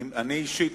אני אישית,